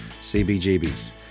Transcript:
CBGBs